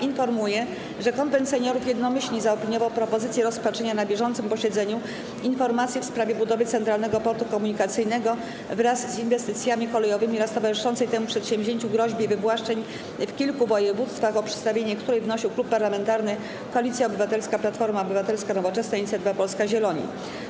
Informuję, że Konwent Seniorów jednomyślnie zaopiniował propozycję rozpatrzenia na bieżącym posiedzeniu informacji w sprawie budowy Centralnego Portu Komunikacyjnego wraz z inwestycjami kolejowymi oraz towarzyszącej temu przedsięwzięciu groźbie wywłaszczeń w kilku województwach, o przedstawienie której wnosił Klub Parlamentarny Koalicja Obywatelska - Platforma Obywatelska, Nowoczesna, Inicjatywa Polska, Zieloni.